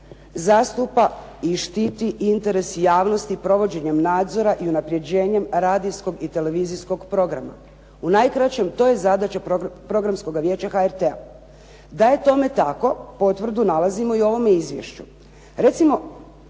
"zastupa i štiti interes javnosti provođenjem nadzora i unapređenjem radijskog i televizijskog programa". U najkraćem, to je zadaća Programskoga vijeća HRT-a. Da je tome tako potvrdu nalazimo i u ovome izvješću. Recimo,